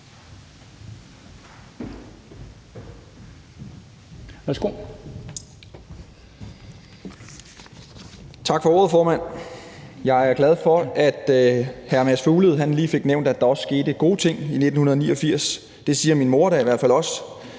(KF): Tak for ordet, formand. Jeg er glad for, at hr. Mads Fuglede lige fik nævnt, at der også skete gode ting i 1989 – det siger min mor da i hvert fald også